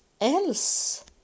else